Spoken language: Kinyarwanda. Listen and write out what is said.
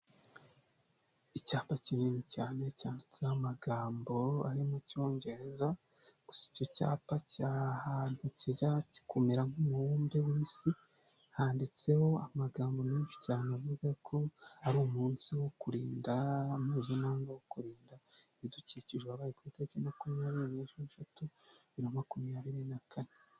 Icyapa kinini cyane cyanditseho amagambo ari mu cyongereza gusa icyo cyapa kiri ahantu kijya kumera nk'umubumbe w'isi handitseho amagambo menshi cyane avuga ko ari umunsi wo kurinda mpuzamahanga wo kurinda ibidukikije wabaye ku itariki makumyabiri n'esheshatu bibiri na makumyabiri na kane.